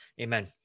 Amen